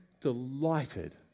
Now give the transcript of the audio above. delighted